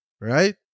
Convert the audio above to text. right